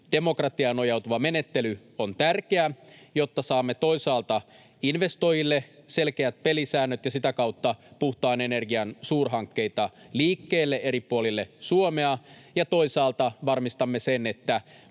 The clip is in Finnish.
demokratiaan nojautuva menettely on tärkeä, jotta toisaalta saamme investoijille selkeät pelisäännöt ja sitä kautta puhtaan energian suurhankkeita liikkeelle eri puolille Suomea ja toisaalta varmistamme sen, että